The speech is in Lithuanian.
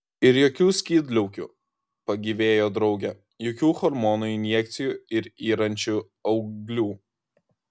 ir jokių skydliaukių pagyvėjo draugė jokių hormonų injekcijų ir yrančių auglių